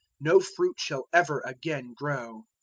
no fruit shall ever again grow.